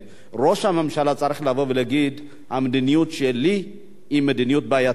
ראש הממשלה צריך לבוא ולהגיד: המדיניות שלי היא מדיניות בעייתית,